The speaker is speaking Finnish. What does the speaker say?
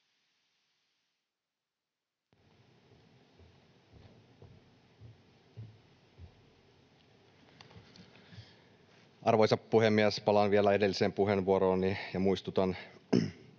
Arvoisa puhemies! Palaan vielä edelliseen puheenvuorooni ja muistutan